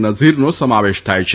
નઝીરનો સમાવેશ થાય છે